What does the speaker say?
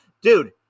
Dude